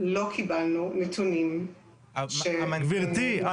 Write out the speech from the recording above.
לא קיבלנו נתונים שתומכים בכך --- גבירתי,